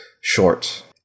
short